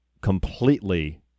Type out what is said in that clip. completely